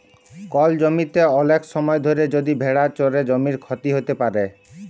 call জমিতে ওলেক সময় ধরে যদি ভেড়া চরে জমির ক্ষতি হ্যত প্যারে